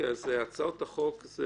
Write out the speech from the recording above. הצעות החוק.